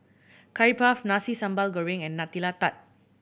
Curry Puff Nasi Sambal Goreng and Nutella Tart